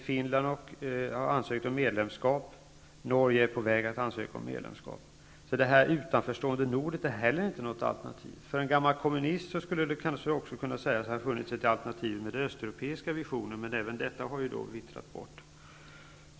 Finland har ansökt om medlemskap. Norge är på väg att ansöka om medlemskap. Således är det här inte heller något alternativ. För en gammal kommunist hade det kanske funnits ett alternativ i och med den östeuropeiska visionen. Men även detta alternativ har vittrat bort.